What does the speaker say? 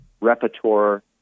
repertoire